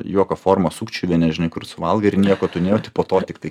juoko forma sukčiuvienė žinai kur suvalgai ir nieko tu nejauti po to tiktai